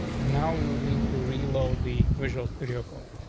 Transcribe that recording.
and now we would need to reload the visual studio code.